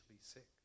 sick